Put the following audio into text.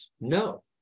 No